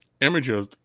images